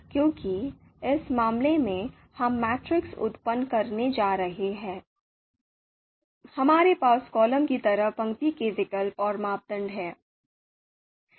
क्योंकि इस मामले में हम मैट्रिक्स उत्पन्न करने जा रहे हैं हमारे पास कॉलम की तरफ पंक्ति के विकल्प और मापदंड हैं